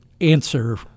answer